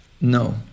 No